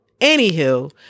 Anywho